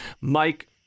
mike